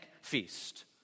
feast